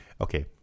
Okay